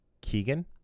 Keegan